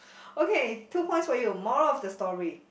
okay two points for you moral of the story